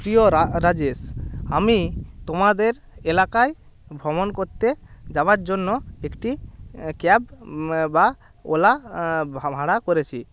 প্রিয় রাজেশ আমি তোমাদের এলাকায় ভ্রমণ করতে যাবার জন্য একটি ক্যাব বা ওলা ভাড়া করেছি